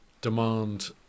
demand